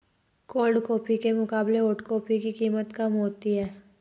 cold coffee के मुकाबले hot coffee की कीमत कम होती है